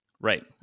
Right